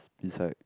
beside